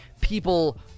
people